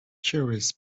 tourists